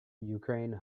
ukraine